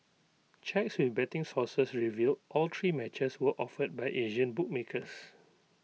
checks with betting sources revealed all three matches were offered by Asian bookmakers